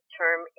term